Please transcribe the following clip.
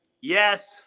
yes